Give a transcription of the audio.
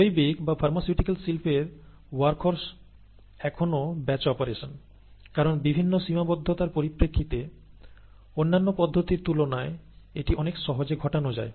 জৈবিক বা ফার্মাসিউটিক্যাল শিল্পের ওয়ার্কহরস এখনো ব্যাচ অপারেশন কারণ বিভিন্ন সীমাবদ্ধতার পরিপ্রেক্ষিতে অন্যান্য পদ্ধতির তুলনায় এটি অনেক সহজে ঘটানো যায়